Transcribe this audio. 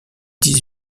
dix